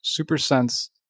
SuperSense